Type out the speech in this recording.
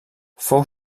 fou